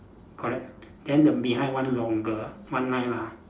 correct then the behind one longer one line lah